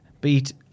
Beat